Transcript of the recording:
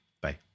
Bye